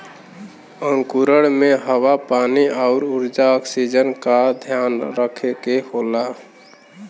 अंकुरण में हवा पानी आउर ऊर्जा ऑक्सीजन का ध्यान रखे के होला